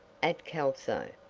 at kelso.